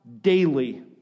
daily